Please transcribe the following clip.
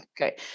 Okay